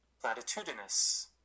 Platitudinous